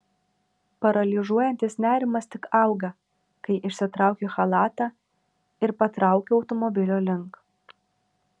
paralyžiuojantis nerimas tik auga kai išsitraukiu chalatą ir patraukiu automobilio link